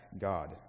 God